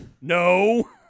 no